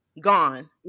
gone